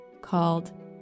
called